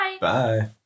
Bye